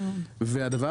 שנית,